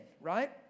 right